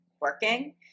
working